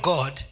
God